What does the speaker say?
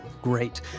great